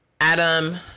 Adam